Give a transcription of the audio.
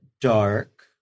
dark